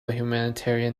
humanitarian